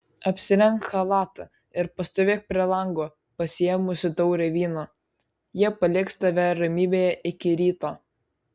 apsirenk chalatą ir pastovėk prie lango pasiėmusi taurę vyno jie paliks tave ramybėje iki ryto